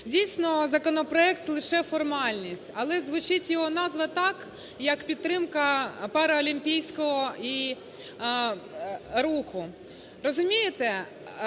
Дійсно, законопроект – лише формальність. Але звучить його назва так, як підтримка паралімпійського руху.